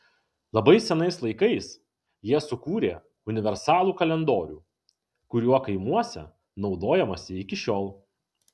labai senais laikais jie sukūrė universalų kalendorių kuriuo kaimuose naudojamasi iki šiol